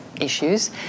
issues